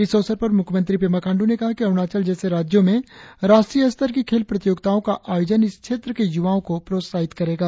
इस अवसर पर मुख्यमंत्री पेमा खांडू ने कहा कि अरुणाचल जैसे राज्यों में राष्ट्रीय स्तर की खेल प्रतियोगिताओं का आयोजन इस क्षेत्र के युवाओं को प्रोत्साहित करेगा